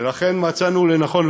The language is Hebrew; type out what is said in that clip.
ולכן מצאנו לנכון,